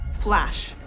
flash